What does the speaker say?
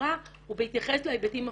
הבקרה הוא בהתייחס להיבטים הפיזיים.